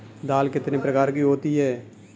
दाल कितने प्रकार की होती है?